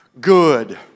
good